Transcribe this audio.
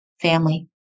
family